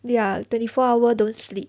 ya twenty four hour don't sleep